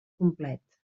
complet